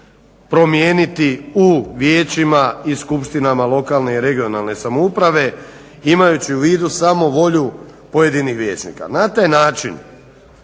promijeniti u vijećima i skupštinama lokalne i regionalne samouprave imajući u vidu samovolju pojedinih vijećnika. Na taj način